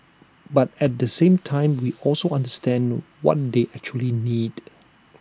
but at the same time we also understand what they actually need